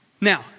Now